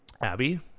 Abby